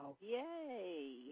Yay